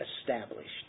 established